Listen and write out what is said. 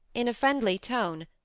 in a friendly tone,